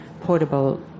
portable